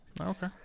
Okay